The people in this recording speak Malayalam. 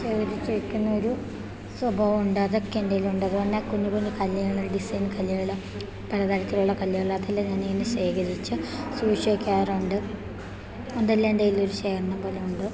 ശേഖരിച്ച് വെക്കുന്ന ഒരു സ്വഭാവമുണ്ട് അതൊക്കെ എൻ്റെ കയ്യിലുണ്ട് അത്പിന്നെ കുഞ്ഞു കുഞ്ഞു കല്ലുകള് ഡിസൈൻ കല്ലുകൾ പലതരത്തിലുള്ള കല്ലുകൾ അതെല്ലാം ഞാനിങ്ങനെ ശേഖരിച്ച് സൂക്ഷിച്ച് വയ്ക്കാറുണ്ട് അതെല്ലാം എൻ്റെ കയ്യിൽ ഒരു ശേഖരണം പോലെ ഉണ്ട്